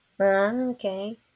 Okay